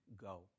go